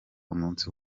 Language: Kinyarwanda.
umunsi